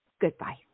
Goodbye